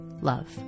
love